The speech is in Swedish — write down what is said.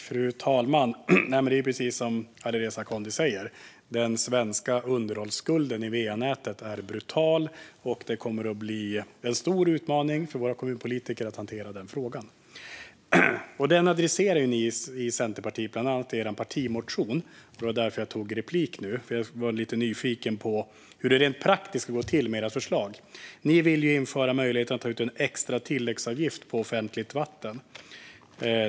Fru talman! Det är precis som Alireza Akhondi säger. Den svenska underhållsskulden i fråga om va-nätet är brutal, och det kommer att bli en stor utmaning för våra kommunpolitiker att hantera den frågan. Ni i Centerpartiet adresserar detta bland annat i er partimotion. Jag begärde replik eftersom jag är lite nyfiken på hur det rent praktiskt ska gå till med era förslag. Ni vill införa möjligheten att ta ut en extra tilläggsavgift för offentligt vatten.